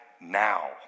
now